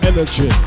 Energy